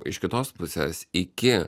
iš kitos pusės iki